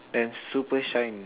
and super shine